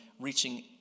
reaching